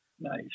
Nice